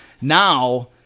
Now